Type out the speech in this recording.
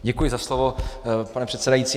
Děkuji za slovo, pane předsedající.